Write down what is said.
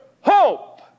hope